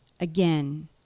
again